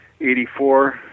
84